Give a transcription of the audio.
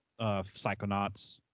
Psychonauts